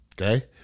Okay